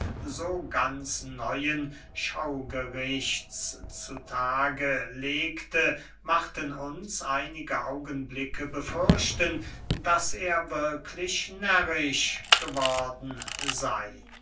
so ganz neuen schaugerichts zu tage legte machten uns einige augenblicke befürchten daß er wirklich närrisch geworden sey